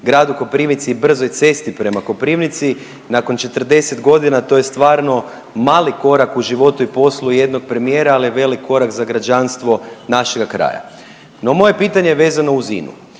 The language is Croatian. gradu Koprivnici i brzoj cesti prema Koprivnici nakon 40 godina to je stvarno mali korak u životu i poslu jednog premijera, ali je velik korak za građanstvo našega kraja. No moje pitanje je vezano uz Inu.